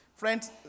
Friends